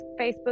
Facebook